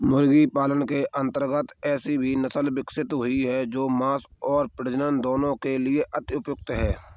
मुर्गी पालन के अंतर्गत ऐसी भी नसले विकसित हुई हैं जो मांस और प्रजनन दोनों के लिए अति उपयुक्त हैं